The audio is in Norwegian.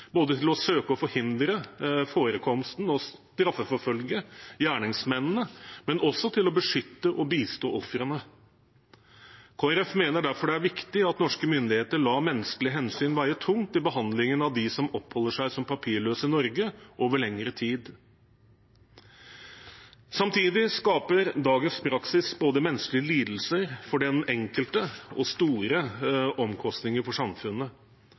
til både å søke å forhindre forekomsten og å straffeforfølge gjerningsmennene, men også til å beskytte og bistå ofrene. Kristelig Folkeparti mener derfor det er viktig at norske myndigheter lar menneskelige hensyn veie tungt i behandlingen av dem som oppholder seg som papirløse i Norge over lengre tid. Samtidig skaper dagens praksis både menneskelige lidelser for den enkelte og store omkostninger for samfunnet.